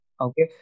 Okay